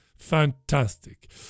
Fantastic